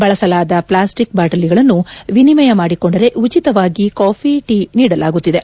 ಬಳಸಲಾದ ಪ್ಲಾಸ್ಸಿಕ್ ಬಾಟಲಿಗಳನ್ನು ವಿನಿಮಯ ಮಾಡಿಕೊಂಡರೆ ಉಚಿತವಾಗಿ ಕಾಫಿಟೀ ನೀಡಲಾಗುತ್ತಿದೆ